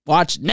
Watch